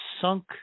sunk